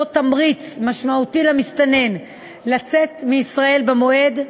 תמריץ משמעותי למסתנן לצאת מישראל במועד,